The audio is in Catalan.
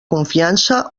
confiança